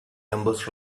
numbers